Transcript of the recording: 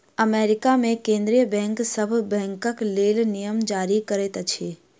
America मे केंद्रीय bank सभ बैंकक लेल नियम जारी करैत अछि